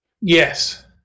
Yes